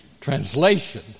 Translation